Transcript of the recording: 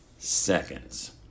seconds